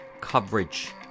coverage